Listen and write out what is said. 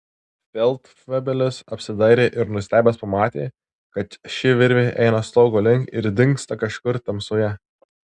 feldfebelis apsidairė ir nustebęs pamatė kad ši virvė eina stogo link ir dingsta kažkur tamsoje